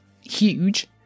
huge